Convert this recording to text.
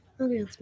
Okay